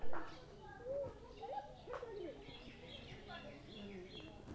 কেঁচো সারের উপকারিতা?